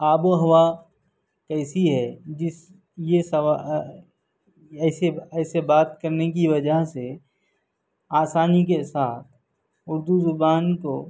آب و ہوا کیسی ہے جس یہ سب ایسے ایسے بات کرنے کی وجہ سے آسانی کے ساتھ اردو زبان کو